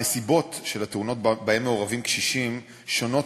הנסיבות של התאונות שבהן מעורבים קשישים שונות